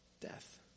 death